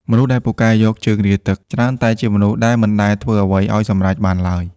មនុស្សដែលពូកែយកជើងរាទឹក ច្រើនតែជាមនុស្សដែលមិនដែលធ្វើអ្វីឱ្យសម្រេចបានឡើយ។